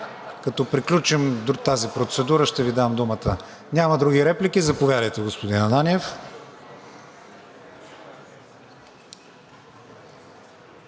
Като приключим тази процедура, ще Ви дам думата. Няма други реплики – заповядайте, господин Ананиев.